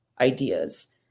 ideas